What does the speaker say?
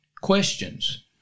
questions